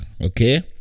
Okay